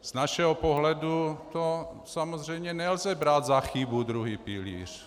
Z našeho pohledu samozřejmě nelze brát za chybu druhý pilíř.